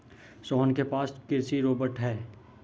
सोहन के पास कृषि रोबोट है